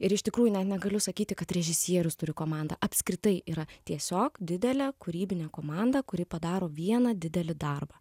ir iš tikrųjų ne negaliu sakyti kad režisierius turi komandą apskritai yra tiesiog didelė kūrybinė komanda kuri padaro vieną didelį darbą